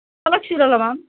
বেয়া লাগছিল অলপমান